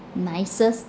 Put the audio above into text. nicest